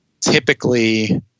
typically